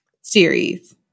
series